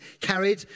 carried